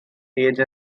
age